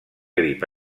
grip